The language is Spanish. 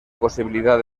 posibilidad